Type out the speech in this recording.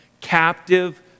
Captive